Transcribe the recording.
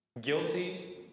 guilty